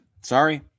Sorry